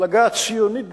מפלגה ציונית גדולה.